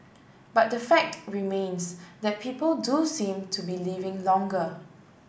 but the fact remains that people do seem to be living longer